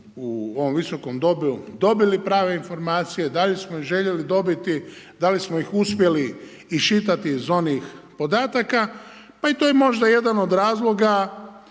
u ovom Viskom domu, dobili prave informacije, da li smo ih željeli dobiti, da li smo ih uspjeli iščitati iz onih podataka, pa i to je možda jedan od razloga